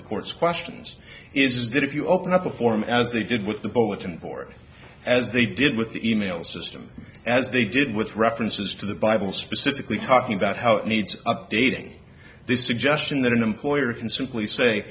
the court's questions is that if you open up a form as they did with the bulletin board as they did with the e mail system as they did with references to the bible specifically talking about how it needs updating this suggestion that an employer can simply say